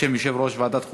בשם יושב-ראש ועדת החוקה,